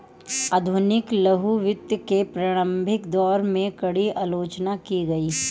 आधुनिक लघु वित्त के प्रारंभिक दौर में, कड़ी आलोचना की गई